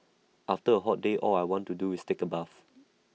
after A hot day all I want to do is take A bath